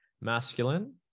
masculine